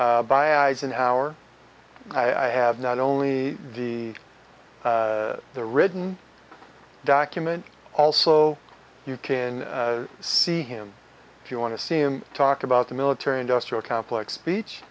by eisenhower i have not only the the written document also you can see him if you want to see him talk about the military industrial complex speech